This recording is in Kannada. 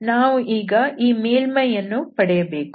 ಈಗ ನಾವು ಈ ಮೇಲ್ಮೈಯನ್ನು ಪಡೆಯಬೇಕು